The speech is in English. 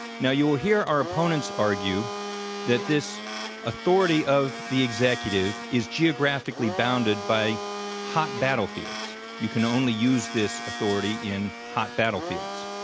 now, you will hear our opponents argue that this authority of the executive is geographically bounded by hot battlefields. you can only use this authority in hot battlefields.